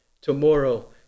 tomorrow